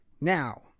Now